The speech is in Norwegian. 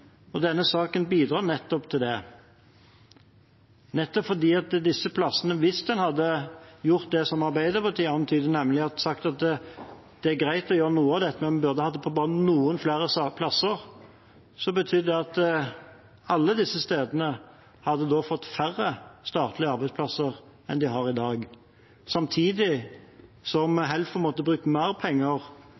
Leikanger? Denne saken bidrar nettopp til det for disse stedene. Hvis man hadde gjort det Arbeiderpartiet har antydet, nemlig at det er greit å gjøre noe av det, men man burde hatt Helfo på noen flere steder, ville det betydd at alle disse stedene hadde fått færre statlige arbeidsplasser enn de har i dag – samtidig som Helfo måtte brukt mer penger